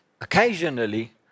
occasionally